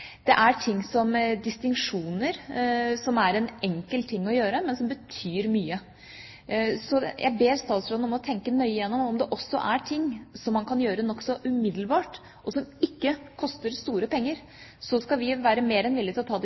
distinksjoner, som er en enkel ting å gjøre, men som betyr mye. Jeg ber statsråden om å tenke nøye igjennom om det også er noe man kan gjøre nokså umiddelbart, og som ikke koster store penger. Så skal vi være mer enn villig til å ta